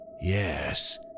Yes